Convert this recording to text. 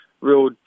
real